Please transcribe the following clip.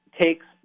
takes